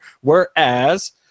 whereas